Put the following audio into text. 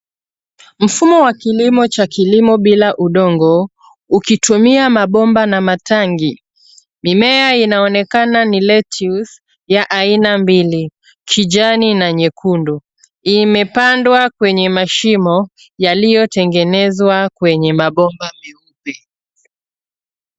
Mfumo wa kilimo cha kilimo bila udongo ukitumia mabomba na matangi. Mimea inaonekana ni lettuce ya aina mbili, kijani na nyekundu. Imepandwa kwenye mashimo yaliyotengenezwa kwenye mabomba meupe.